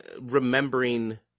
remembering